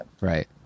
Right